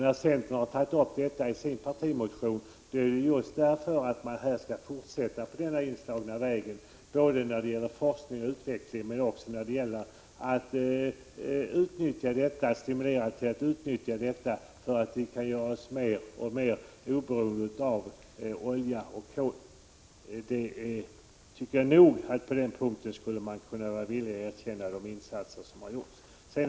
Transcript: När centern tagit upp detta i sin partimotion är det för att man vill fortsätta på den inslagna vägen, både när det gäller forskning och utveckling och när det gäller att stimulera till att utnyttja de alternativa energikällorna och bli mer oberoende av olja och kol. Jag tycker nog att på den punkten skulle man kunna vara villig att erkänna de insatser som gjorts.